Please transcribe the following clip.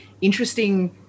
interesting